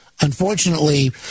Unfortunately